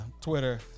Twitter